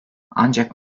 ancak